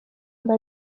mba